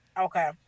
okay